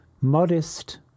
modest